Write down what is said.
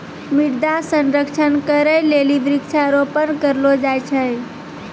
मृदा संरक्षण करै लेली वृक्षारोपण करलो जाय छै